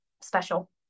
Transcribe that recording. special